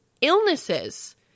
illnesses